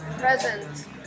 present